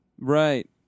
Right